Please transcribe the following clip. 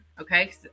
okay